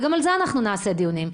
גם על זה אנחנו נעשה דיונים,